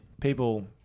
People